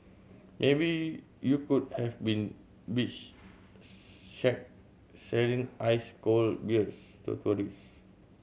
maybe you could have been beach shack selling ice cold beers to tourists